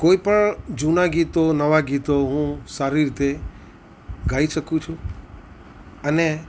કોઈપણ જૂનાં ગીતો નવા ગીતો હું સારી રીતે ગાઈ શકું છું અને